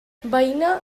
veïna